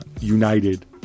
United